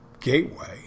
gateway